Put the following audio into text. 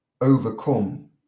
overcome